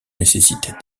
nécessite